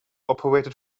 operated